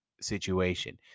situation